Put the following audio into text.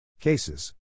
Cases